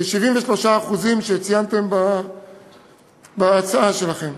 ל-73% שציינתם בהצעה שלכם,